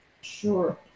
Sure